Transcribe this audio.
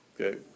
okay